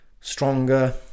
stronger